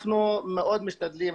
אנחנו מאוד משתדלים.